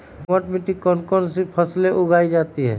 दोमट मिट्टी कौन कौन सी फसलें उगाई जाती है?